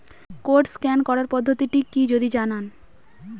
Code scan করার পদ্ধতিটি কি যদি জানান?